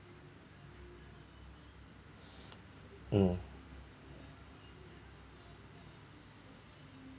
mm